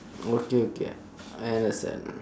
okay okay I understand